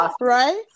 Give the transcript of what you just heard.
right